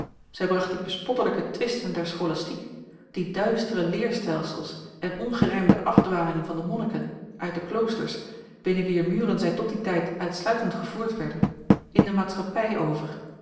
zij bracht die bespottelijke twisten der scholastiek die duistere leerstelsels en ongerijmde afdwalingen van de monniken uit de kloosters binnen wier muren zij tot dien tijd uitsluitend gevoerd werden in de maatschappij over